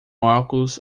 óculos